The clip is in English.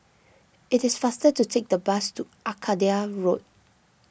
it is faster to take the bus to Arcadia Road